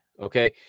Okay